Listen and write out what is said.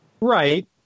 Right